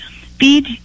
feed